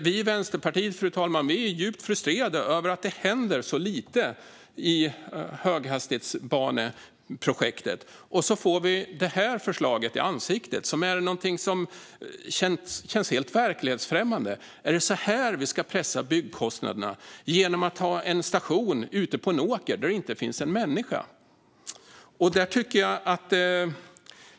Vi i Vänsterpartiet är djupt frustrerade över att det händer så lite i höghastighetsbaneprojektet, och så kommer ett förslag som känns helt verklighetsfrämmande. Är det så här vi ska pressa byggkostnaderna, genom att ha en station ute på en åker där det inte finns en människa?